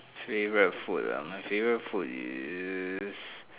favourite food ah my favourite food is